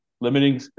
limiting